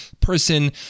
person